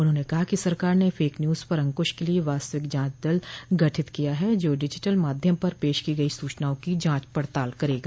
उन्होंने कहा कि सरकार ने फेक न्यूज पर अंकृश के लिए वास्तविक जांच दल गठित किया है जो डिजिटल माध्यम पर पेश की गई सूचनाओं की जांच पड़ताल करेगा